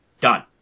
done